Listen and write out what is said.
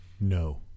no